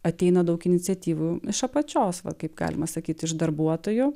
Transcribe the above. ateina daug iniciatyvų iš apačios va kaip galima sakyti iš darbuotojų